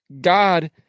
God